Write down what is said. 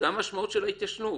זו המשמעות של ההתיישנות.